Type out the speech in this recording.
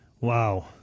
Wow